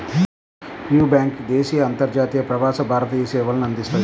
యీ బ్యేంకు దేశీయ, అంతర్జాతీయ, ప్రవాస భారతీయ సేవల్ని అందిస్తది